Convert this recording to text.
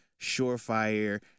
surefire